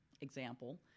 example